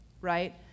right